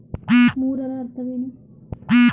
ಮೂರರ ಅರ್ಥವೇನು?